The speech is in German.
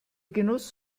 genuss